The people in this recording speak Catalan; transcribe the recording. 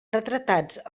retratats